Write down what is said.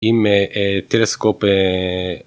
עם טלסקופ